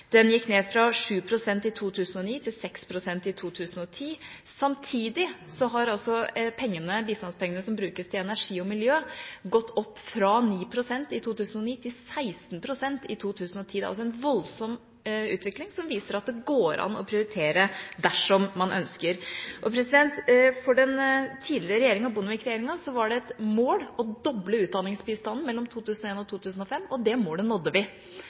Den gikk ned fra 7 pst. i 2009 til 6 pst. i 2010. Samtidig har bistandspengene som brukes til energi og miljø, gått opp fra 9 pst. i 2009 til 16 pst. i 2010. Det er en voldsom utvikling, som viser at det går an å prioritere, dersom man ønsker det. For den tidligere Bondevik-regjeringa var det et mål å doble utdanningsbistanden mellom 2001 og 2005, og det målet nådde vi,